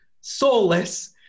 soulless